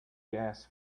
gas